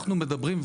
אנחנו מדברים,